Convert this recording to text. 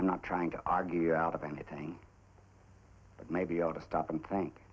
i'm not trying to argue out of anything that may be able to stop and think